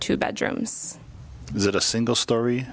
two bedrooms is it a single story